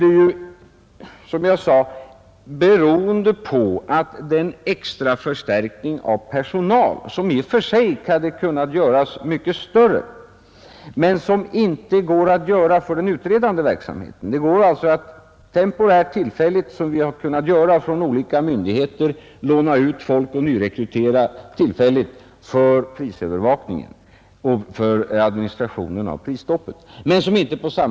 Det beror, som jag sade, på att extraförstärkningen av personal — som i och för sig hade kunnat göras mycket större — inte går att göra för den utredande verksamheten. Temporärt går det att låna folk från olika myndigheter och nyrekrytera tillfälligt för prisövervakning och för administration av prisstoppet. Vi har kunnat göra det.